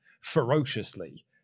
ferociously